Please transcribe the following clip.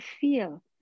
feel